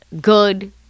good